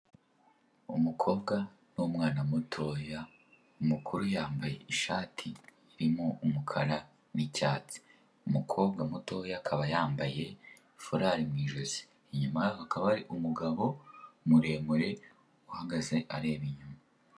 Umukobwa n'umwana mutoya umukuru yamabaye ishati irimo umukara n'icyatsi. Umukobwa mutoya akaba yambaye furari mu ijosi. Inyuma ye hakaba hari umugabo muremure uhagaze areba inyuma.